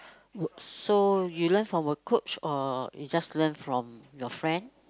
so you learn from a coach or you just learn from your friend